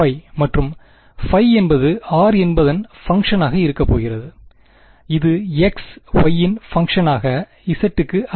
மற்றும் ϕ என்பது r என்பதன் function ஆக இருக்கப்போகிறது இது x y இன் பங்க்ஷனாக ஆக zகு அல்ல